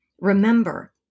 Remember